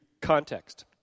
context